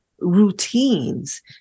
routines